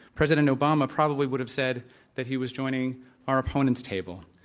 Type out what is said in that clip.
president obama probably would have said that he was joining our opponents' table.